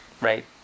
right